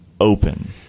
open